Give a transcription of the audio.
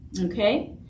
okay